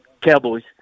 Cowboys